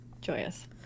Joyous